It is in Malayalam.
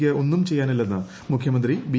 ക്ക് ഒന്നും ചെയ്യാനില്ലെന്ന് മുഖ്യമന്ത്രി ബി